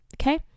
okay